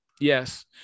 Yes